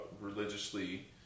religiously